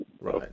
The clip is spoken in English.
Right